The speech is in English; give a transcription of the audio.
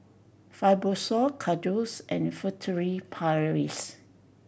Fibrosol Kordel's and Furtere Paris